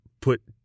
put